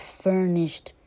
furnished